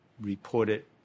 reported